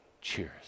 cheers